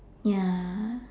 ya